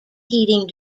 heating